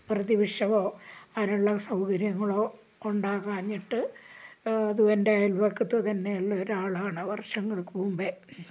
പ്രതിവിഷമോ അതിനുള്ള സൗകര്യങ്ങളോ ഉണ്ടാകാഞ്ഞിട്ട് അതും എൻ്റെ അയൽവക്കത്ത് തന്നെയുള്ള ഒരാളാണ് വർഷങ്ങൾക്ക് മുമ്പേ